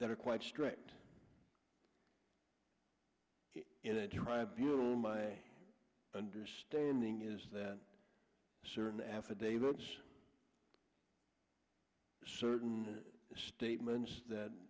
that are quite strict in a drive in my understanding is that certain affidavit certain statements